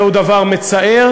זהו דבר מצער,